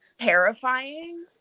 terrifying